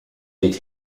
did